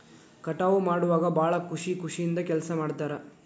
ಕಟಾವ ಮಾಡುವಾಗ ಭಾಳ ಖುಷಿ ಖುಷಿಯಿಂದ ಕೆಲಸಾ ಮಾಡ್ತಾರ